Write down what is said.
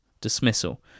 dismissal